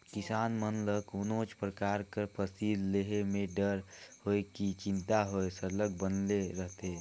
किसान मन ल कोनोच परकार कर फसिल लेहे में डर होए कि चिंता होए सरलग बनले रहथे